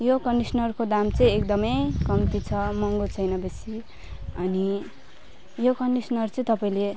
यो कन्डिसनरको दाम चाहिँ एकदम कम्ती छ महँगो छैन बेसी अनि यो कन्डिसनर चाहिँ तपाईँले